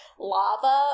lava